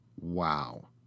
wow